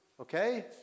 okay